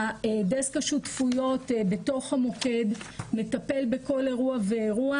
דסק השותפויות בתוך המוקד מטפל בכל אירוע ואירוע